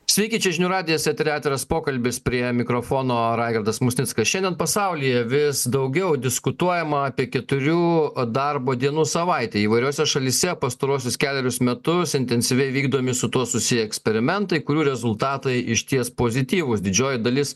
sveiki čia žinių radijas eteryje atviras pokalbis prie mikrofono raigardas musnickas šiandien pasaulyje vis daugiau diskutuojama apie keturių o darbo dienų savaitę įvairiose šalyse pastaruosius kelerius metus intensyviai vykdomi su tuo susiję eksperimentai kurių rezultatai išties pozityvūs didžioji dalis